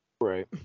Right